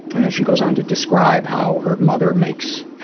and then she goes on to describe how her mother makes